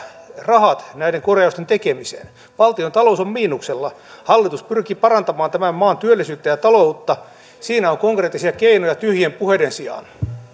rahat näiden korjausten tekemiseen valtiontalous on miinuksella hallitus pyrkii parantamaan tämän maan työllisyyttä ja taloutta siinä on konkreettisia keinoja tyhjien puheiden sijaan